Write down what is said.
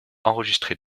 enregistré